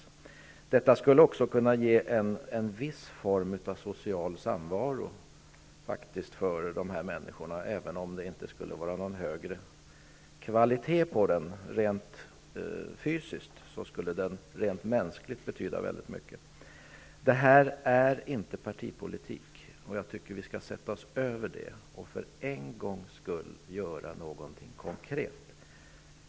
Härbärgen skulle också kunna ge en viss form av social samvaro för dessa människor, även om kvaliteten på samvaron inte skulle vara av något högre slag rent fysiskt. Mänskligt sett skulle det betyda mycket. Detta handlar inte om partipolitik. Jag tycker att vi skall sätta oss över det tänkande och för en gångs skull göra någonting konkret.